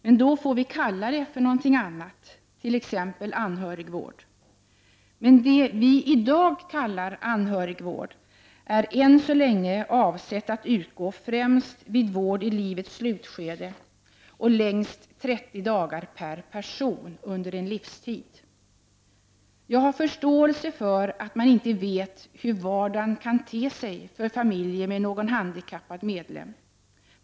Men då får vi kalla det här för någonting annat, t.ex. för anhörigvård. Det som vi i dag kallar anhörigvård är dock ännu så länge avsett att utgå främst vid vård i livets slutskede och under högst 30 dagar i en persons liv. Jag har förståelse för att man inte vet hur vardagen kan te sig för familjer med en handikappad medlem.